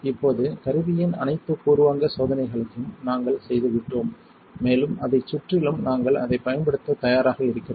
இப்போது கருவியின் அனைத்து பூர்வாங்க சோதனைகளையும் நாங்கள் செய்துவிட்டோம் மேலும் அதைச் சுற்றிலும் நாங்கள் அதைப் பயன்படுத்தத் தயாராக இருக்கிறோம்